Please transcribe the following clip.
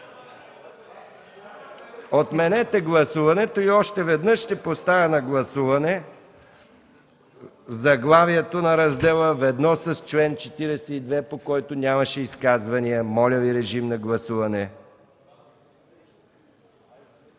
Отменете гласуването. Още веднъж ще поставя на гласуване заглавието на раздела, ведно с чл. 42, по който нямаше изказвания. Гласували